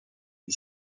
des